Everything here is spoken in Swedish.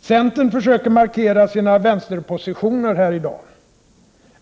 Centern försöker i dag markera sina vänsterpositioner.